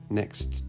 next